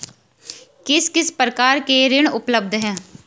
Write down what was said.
किस किस प्रकार के ऋण उपलब्ध हैं?